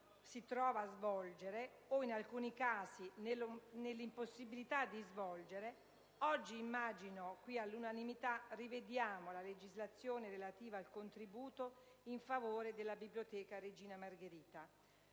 si trova a svolgere o, in alcuni casi, nell'impossibilità di svolgere, oggi - immagino all'unanimità - rivedremo la legislazione relativa al contributo in favore della Biblioteca «Regina Margherita».